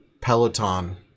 Peloton